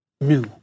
new